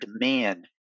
demand